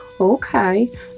Okay